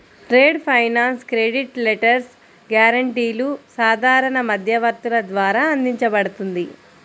trade finance credit letters, గ్యారెంటీలు సాధారణ మధ్యవర్తుల ద్వారా అందించబడుతుంది